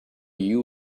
you